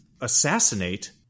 assassinate